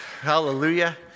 Hallelujah